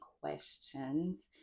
questions